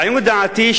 לעניות דעתי,